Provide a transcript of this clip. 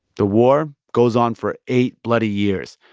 the war goes on for eight bloody years,